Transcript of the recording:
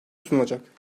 sunulacak